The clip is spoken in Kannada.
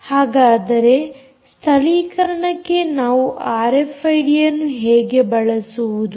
ಹಾಗಾದರೆ ಸ್ಥಳೀಕರಣಕ್ಕೆ ನಾವು ಆರ್ಎಫ್ಐಡಿಯನ್ನು ಹೇಗೆ ಬಳಸುವುದು